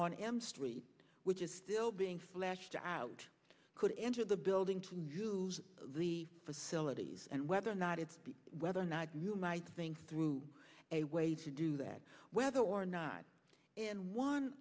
on m street which is still being fleshed out could enter the building to use the facilities and whether or not it's whether or not you might think through a way to do that whether or not and one